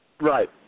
Right